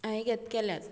हाये घेत केल्यात